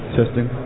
Testing